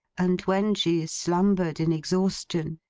and when she slumbered in exhaustion,